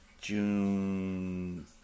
June